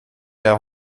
der